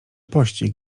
pościg